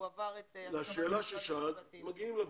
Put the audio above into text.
אם כן, מגיעים לבתים.